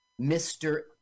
Mr